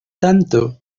tanto